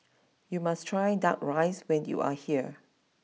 you must try Duck Rice when you are here